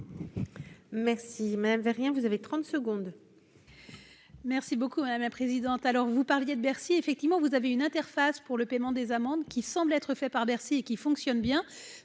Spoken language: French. Merci madame veut rien vous avez 30 secondes. Merci beaucoup, madame la présidente, alors vous parliez de Bercy, effectivement, vous avez une interface pour le paiement des amendes qui semble être fait par Bercy qui fonctionne bien,